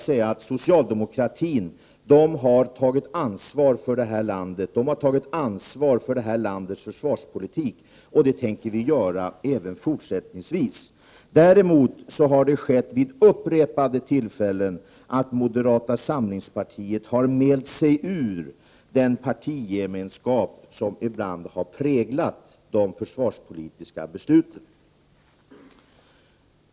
Socialdemokratin har tagit ansvar för landet och landets försvarspolitik. Det tänker socialdemokraterna göra även fortsättningsvis. Däremot har moderata samlingspartiet vid upprepade tillfällen mält sig ur den partigemenskap som ibland har präglat de försvarspolitiska besluten.